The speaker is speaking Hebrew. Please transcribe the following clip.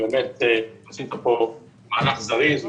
באמת עשית פה מהלך זריז.